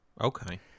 Okay